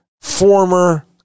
former